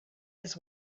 his